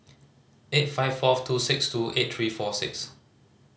eight five four two six two eight three four six